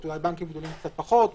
אולי בבנקים גדולים קצת פחות,